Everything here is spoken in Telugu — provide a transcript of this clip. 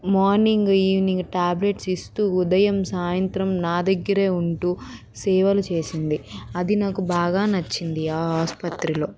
మార్నింగ్ ఈవినింగ్ ట్యాబ్లెట్స్ ఇస్తు ఉదయం సాయంత్రం నా దగ్గర ఉంటు సేవలు చేసింది అది నాకు బాగా నచ్చింది ఆ ఆసుపత్రిలో